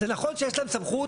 זה נכון שיש להם סמכות,